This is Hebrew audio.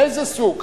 מאיזה סוג?